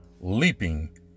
Leaping